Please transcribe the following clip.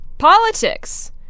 Politics